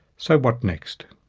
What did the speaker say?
so, what next?